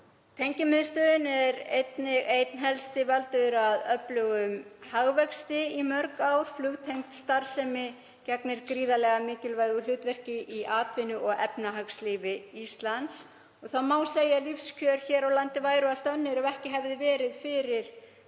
Tengimiðstöðin er einn helsti valdur að öflugum hagvexti í mörg ár. Flugtengd starfsemi gegnir gríðarmikilvægu hlutverki í atvinnu- og efnahagslífi Íslands. Segja má að lífskjör hér á landi væru allt önnur ef ekki hefði verið fyrir